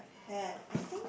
had I think